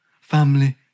Family